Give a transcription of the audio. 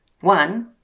one